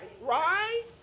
right